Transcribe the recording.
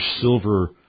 silver